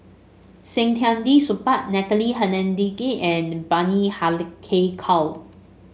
Saktiandi Supaat Natalie Hennedige and Bani Haykal